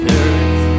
earth